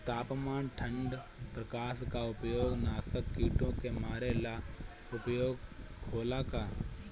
तापमान ठण्ड प्रकास का उपयोग नाशक कीटो के मारे ला उपयोग होला का?